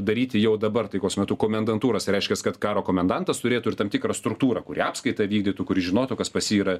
daryti jau dabar taikos metu komendantūras tai reiškias kad karo komendantas turėtų ir tam tikrą struktūrą kuri apskaitą vykdytų kuri žinotų kas pas jį yra